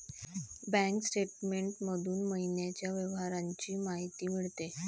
bank statement मधून महिन्याच्या व्यवहारांची माहिती मिळते